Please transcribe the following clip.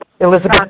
Elizabeth